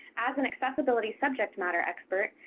as an accessibility subject matter expert,